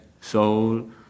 soul